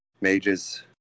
mages